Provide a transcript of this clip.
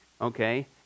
Okay